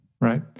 right